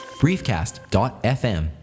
briefcast.fm